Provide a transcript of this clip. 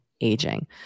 aging